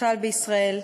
בכלל בישראל,